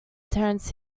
terence